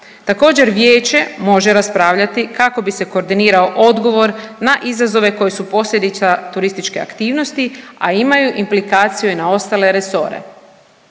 Također, vijeće može raspravljati kako bi se koordinirao odgovor na izazove koji su posljedica turističke aktivnosti, a imaju implikaciju i na ostale resore.